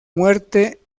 muerte